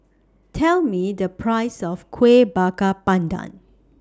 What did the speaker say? Tell Me The Price of Kueh Bakar Pandan